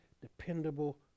dependable